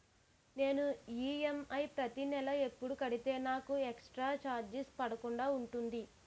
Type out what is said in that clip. నేను ఈ.ఎమ్.ఐ ప్రతి నెల ఎపుడు కడితే నాకు ఎక్స్ స్త్ర చార్జెస్ పడకుండా ఉంటుంది?